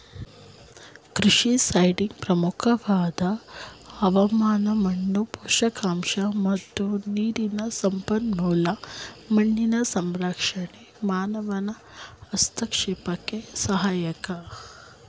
ಕೃಷಿ ಸೈಟ್ಗೆ ಪ್ರಮುಖವಾದ ಹವಾಮಾನ ಮಣ್ಣು ಪೋಷಕಾಂಶ ಮತ್ತು ನೀರಿನ ಸಂಪನ್ಮೂಲ ಮಣ್ಣಿನ ಸಂರಕ್ಷಣೆ ಮಾನವನ ಹಸ್ತಕ್ಷೇಪಕ್ಕೆ ಸಹಾಯಕ